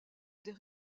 des